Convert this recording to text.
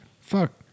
fuck